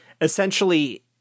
Essentially